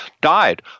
died